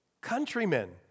countrymen